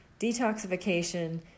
detoxification